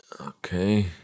Okay